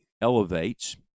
elevates